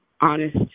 honest